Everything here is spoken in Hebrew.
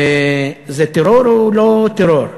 זה טרור או לא טרור?